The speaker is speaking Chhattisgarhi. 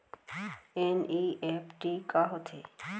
एन.ई.एफ.टी का होथे?